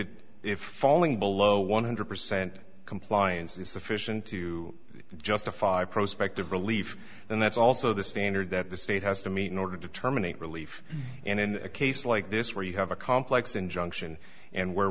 it if falling below one hundred percent compliance is sufficient to justify prospect of relief then that's also the standard that the state has to meet in order to terminate relief and in a case like this where you have a complex injunction and where